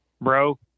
bro